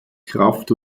kraft